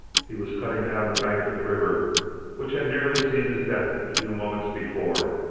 he was cutting down the bank of the river which had nearly seen his death a few moments before,